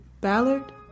Ballard